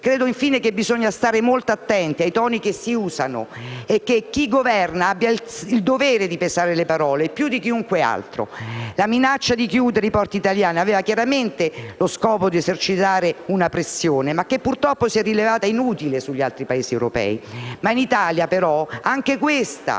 Credo infine che bisogna stare molto attenti ai toni che si usano e che chi governa abbia il dovere di pesare le parole più di chiunque altro. La minaccia di chiudere i porti italiani aveva chiaramente lo scopo di esercitare una pressione, ma che purtroppo si è rivelata inutile sugli altri Paesi europei. Ma in Italia anche questa